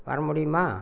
வர முடியுமா